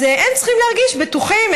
אז הם צריכים להרגיש בטוחים.